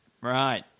Right